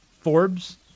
Forbes